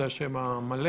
זה השם המלא